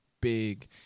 big